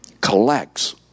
collects